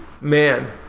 man